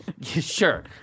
Sure